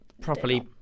properly